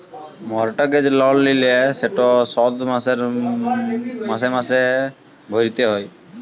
mortgage লল লিলে সেট শধ মাসে মাসে ভ্যইরতে হ্যয়